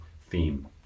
theme